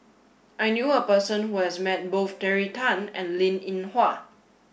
I knew a person who has met both Terry Tan and Linn In Hua